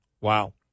Wow